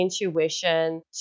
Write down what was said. intuition